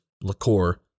liqueur